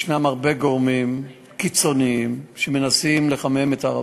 יש הרבה גורמים קיצוניים שמנסים לחמם את הר-הבית.